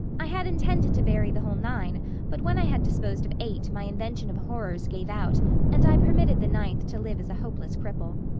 i had intended to bury the whole nine but when i had disposed of eight my invention of horrors gave out and i permitted the ninth to live as a hopeless cripple.